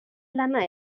lana